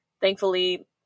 thankfully